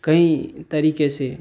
कई तरीके से